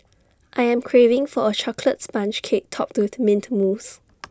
I am craving for A Chocolate Sponge Cake Topped with Mint Mousse